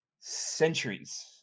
centuries